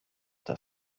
das